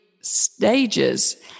stages